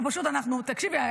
תקשיבי,